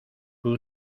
pour